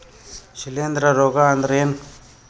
ಶಿಲೇಂಧ್ರ ರೋಗಾ ಅಂದ್ರ ಏನ್?